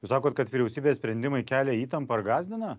jūs sakot kad vyriausybės sprendimai kelia įtampą ir gąsdina